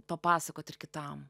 papasakot ir kitam